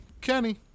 Kenny